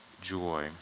joy